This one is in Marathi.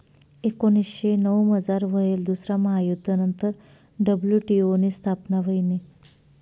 एकोनीसशे नऊमझार व्हयेल दुसरा महायुध्द नंतर डब्ल्यू.टी.ओ नी स्थापना व्हयनी